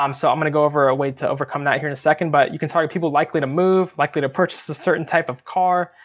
um so i'm gonna go over a way to overcome that here in a second. but you can target people likely to move, likely to purchase a certain type of car,